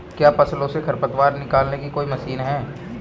क्या फसलों से खरपतवार निकालने की कोई मशीन है?